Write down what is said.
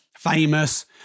famous